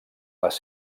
les